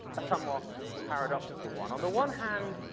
a somewhat paradoxical one. on the one hand,